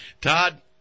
Todd